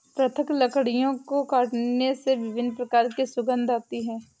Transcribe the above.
पृथक लकड़ियों को काटने से विभिन्न प्रकार की सुगंध आती है